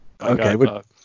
Okay